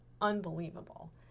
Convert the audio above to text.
unbelievable